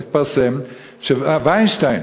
וינשטיין,